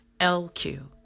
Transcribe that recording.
LQ